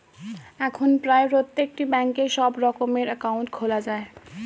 এখন প্রায় প্রত্যেকটি ব্যাঙ্কে সব রকমের অ্যাকাউন্ট খোলা যায়